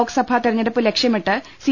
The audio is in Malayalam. ലോക്സഭാ തെരഞ്ഞെടുപ്പ് ലക്ഷ്യമിട്ട് സി